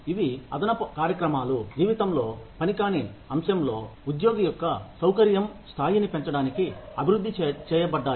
ఇవి అదనపు కార్యక్రమాలు జీవితంలో పని కాని అంశంలో ఉద్యోగి యొక్క సౌకర్యం స్థాయిని పెంచడానికి అభివృద్ధి చేయబడ్డాయి